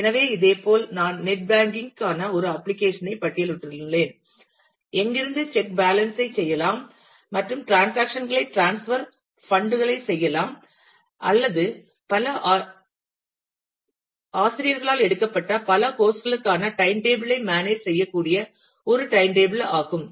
எனவே இதேபோல் நான் நெட் பேங்கிங் கான ஒரு அப்ளிகேஷன் ஐ பட்டியலிட்டுள்ளேன் எங்கிருந்து செக் பேலன்ஸ் ஐ செய்யலாம் மற்றும் டிரன்சாக்சன் களை டிரான்ஸ்பர் பண்ட் களை செய்யலாம் அல்லது பல ஆசிரியர்களால் எடுக்கப்பட்ட பல கோர்ஸ் களுக்கான டைம் டேபிள் ஐ மேனேஜ் செய்யக்கூடிய ஒரு டைம் டேபிள் ஆகும்